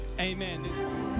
Amen